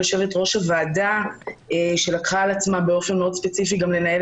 יושבת-ראש הוועדה שלקחה על עצמה באופן ספציפי לנהל